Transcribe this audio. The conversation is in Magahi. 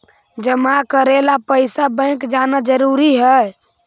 जमा करे ला पैसा बैंक जाना जरूरी है?